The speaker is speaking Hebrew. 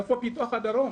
איפה פיתוח הדרום?